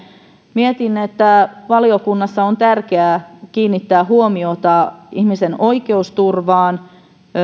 mietin että valiokunnassa on tärkeää kiinnittää huomiota ihmisen oikeusturvaan